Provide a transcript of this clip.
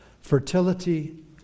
fertility